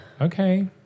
Okay